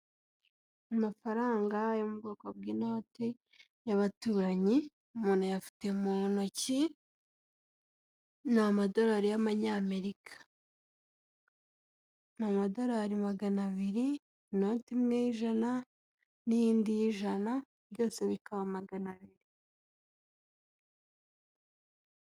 Amafaranga yo mu bwoko bw'inoti y'abaturanyi umuntu ayafite mu ntoki ni amadorari y'amanyamerika, ni amadorari magana abiri, inote imwe y'ijana n'iyindi y'ijana byose bikaba magana abiri.